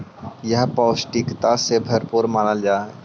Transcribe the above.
यह पौष्टिकता से भरपूर मानल जा हई